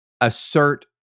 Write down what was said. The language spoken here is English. assert